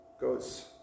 goes